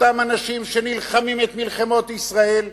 אותם אנשים שנלחמים את מלחמות ישראל,